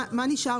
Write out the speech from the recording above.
מה שנשאר